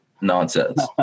nonsense